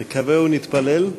נקווה ונתפלל.